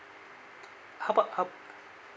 how about how